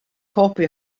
copy